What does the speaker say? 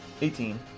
eighteen